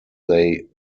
they